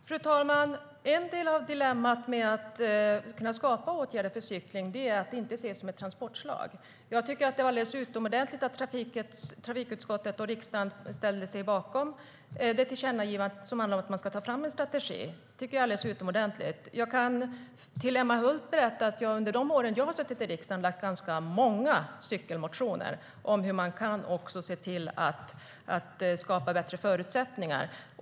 Fru talman! En del av dilemmat med att skapa åtgärder för cykling är att det inte ses som ett transportslag. Jag tycker att det är alldeles utomordentligt att trafikutskottet och riksdagen ställde sig bakom det tillkännagivande som handlar om att man ska ta fram en strategi. Jag kan berätta för Emma Hult att jag under de år jag har suttit i riksdagen har lagt fram många cykelmotioner om hur man kan skapa bättre förutsättningar.